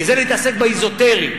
כי זה להתעסק באזוטרי,